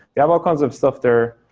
we have all kinds of stuff there.